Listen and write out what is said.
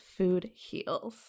FOODHEALS